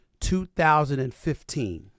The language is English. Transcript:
2015